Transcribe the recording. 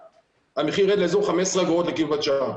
המחיר ירד לאזור 15 אגורות לקילו-ואט שעה.